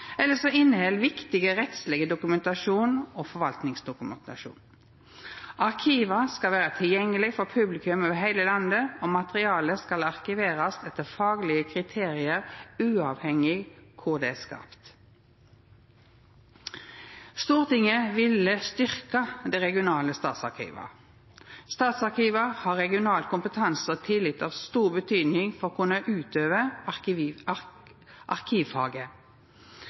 eller som inneheld viktig rettsleg dokumentasjon og forvaltingsdokumentasjon. Arkiva skal vera tilgjengelege for publikum over heile landet, og materialet skal arkiverast etter faglege kriterium, uavhengig av kvar det er skapt. Stortinget ville styrkja dei regionale statsarkiva. Statsarkiva har regional kompetanse, og tillit er av stor betyding for å kunna utøva arkivfaget.